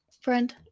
friend